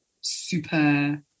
super